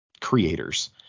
creators